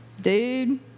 dude